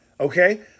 Okay